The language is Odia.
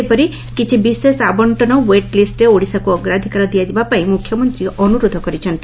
ସେହିପରି କିଛି ବିଶେଷ ଆବଣ୍କନ ଓଏଟ୍ ଲିଷ୍ଟରେ ଓଡ଼ିଶାକୁ ଅଗ୍ରାଧିକାର ଦିଆଯିବାପାଇଁ ମୁଖ୍ୟମନ୍ତୀ ଅନୁରୋଧ କରିଛନ୍ତି